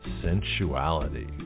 sensuality